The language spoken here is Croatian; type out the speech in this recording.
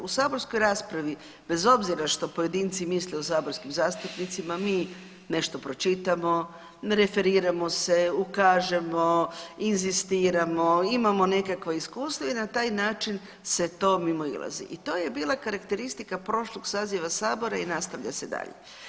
U saborskoj raspravi, bez obzira što pojedinci misle o saborskim zastupnicima, mi nešto pročitamo, referiramo se, ukažemo, inzistiramo, imamo nekakvo iskustvo i na taj način se to mimoilazi i to je bila karakteristika prošlog saziva Sabora i nastavlja se dalje.